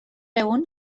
egun